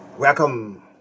Welcome